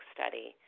Study